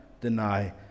deny